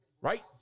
Right